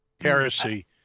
Heresy